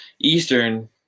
Eastern